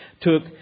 took